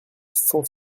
cent